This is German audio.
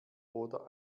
oder